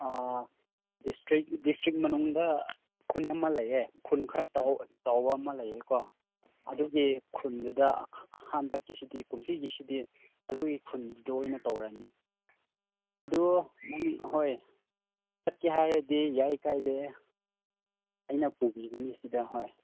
ꯑꯥ district ꯃꯅꯨꯡꯗ ꯈꯨꯟ ꯑꯃ ꯂꯩꯌꯦ ꯈꯨꯟ ꯈꯔ ꯆꯥꯎꯕ ꯑꯃ ꯂꯩꯌꯦꯀꯣ ꯑꯗꯨꯒꯤ ꯈꯨꯟꯗꯨꯗ ꯍꯟꯗꯛꯀꯤꯁꯤꯗꯤ ꯀꯨꯝꯁꯤꯒꯤꯁꯤꯗꯤ ꯑꯗꯨꯒꯤ ꯈꯨꯟꯗꯨꯗ ꯑꯣꯏꯅ ꯇꯧꯔꯅꯤ ꯑꯗꯨ ꯅꯪ ꯍꯣꯏ ꯆꯠꯀꯦ ꯌꯥꯏ ꯀꯥꯏꯗꯦ ꯑꯩꯅ ꯄꯨꯕꯤꯒꯅꯤ ꯁꯤꯗ ꯍꯣꯏ